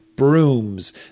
Brooms